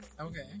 Okay